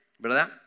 ¿verdad